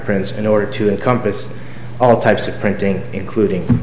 prints in order to encompass all types of printing including